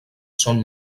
són